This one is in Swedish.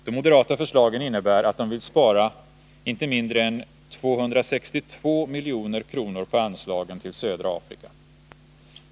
De moderata förslagen innebär att de vill spara inte mindre än 262 milj.kr. på anslagen till södra Afrika.